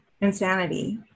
insanity